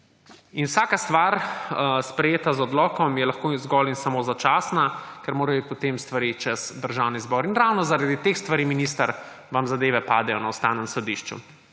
Vsaka stvar, sprejeta z odlokom, je lahko zgolj in samo začasna, ker morajo iti potem stvari čez Državni zbor. Ravno zaradi teh stvari, minister, vam zadeve padejo na Ustavnem sodišču.